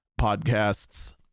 podcasts